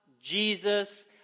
Jesus